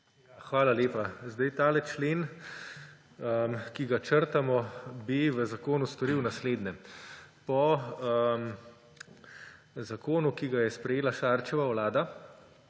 Hvala lepa. Tale člen, ki ga črtamo, bi v zakonu storil naslednje. Po zakonu, ki ga je sprejela Šarčeva vlada,